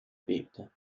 bebte